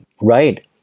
Right